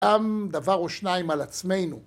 ‫גם דבר או שניים על עצמנו.